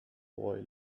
boy